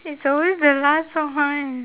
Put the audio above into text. it's always the last one